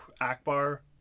Akbar